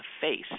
face